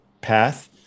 path